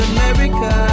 America